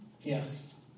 yes